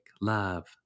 love